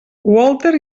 walter